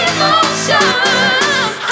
Emotions